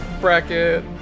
bracket